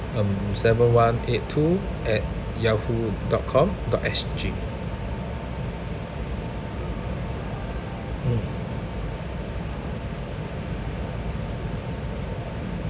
um seven one eight two at yahoo dot com dot S_G mm